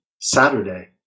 Saturday